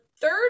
third